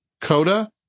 coda